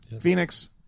Phoenix